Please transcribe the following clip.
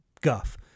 guff